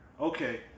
okay